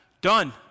done